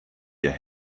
ihr